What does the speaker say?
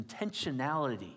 intentionality